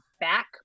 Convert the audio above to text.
back